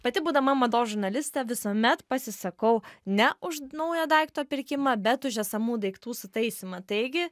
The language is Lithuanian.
pati būdama mados žurnalistė visuomet pasisakau ne už naujo daikto pirkimą bet už esamų daiktų sutaisymą taigi